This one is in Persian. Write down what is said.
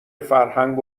فرهنگ